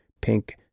pink